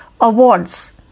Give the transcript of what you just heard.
awards